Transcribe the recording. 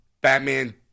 Batman